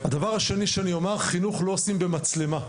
הדבר השני שאומר הוא שחינוך לא עושים במצלמה.